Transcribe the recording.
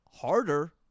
harder